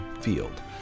field